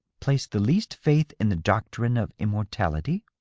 place the least faith in the doctrine of immortality?